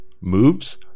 moves